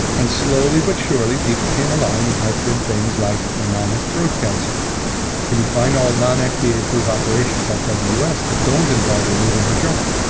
and slowly but surely, people came along and typed in things like, my mom has throat cancer can you find all non-fda approved operations outside the us that don't involve removing her jaw?